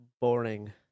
Boring